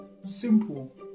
Simple